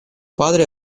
padre